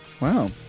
Wow